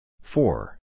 Four